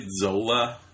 Zola